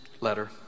letter